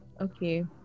Okay